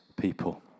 people